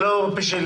אני